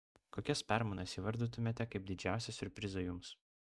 kokias permainas įvardytumėte kaip didžiausią siurprizą jums